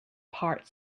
part